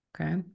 Okay